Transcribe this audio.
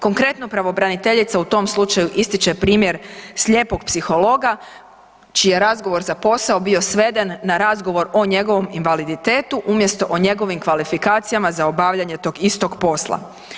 Konkretno pravobraniteljica u tom slučaju ističe primjer slijepog psihologa čiji je razgovor za posao bio sveden na razgovor o njegovom invaliditetu umjesto o njegovim kvalifikacijama za obavljanje tog istog posla.